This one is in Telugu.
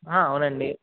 అవునండి